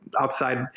outside